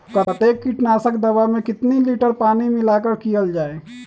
कतेक किटनाशक दवा मे कितनी लिटर पानी मिलावट किअल जाई?